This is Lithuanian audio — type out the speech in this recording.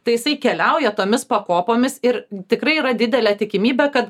tai jisai keliauja tomis pakopomis ir tikrai yra didelė tikimybė kad